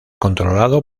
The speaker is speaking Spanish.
controlado